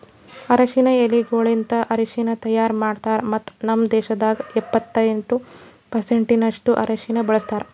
ಅರಶಿನ ಎಲಿಗೊಳಲಿಂತ್ ಅರಶಿನ ತೈಯಾರ್ ಮಾಡ್ತಾರ್ ಮತ್ತ ನಮ್ ದೇಶದಾಗ್ ಎಪ್ಪತ್ತೆಂಟು ಪರ್ಸೆಂಟಿನಷ್ಟು ಅರಶಿನ ಬೆಳಿತಾರ್